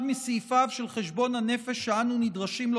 אחד מסעיפיו של חשבון הנפש שאנו נדרשים לו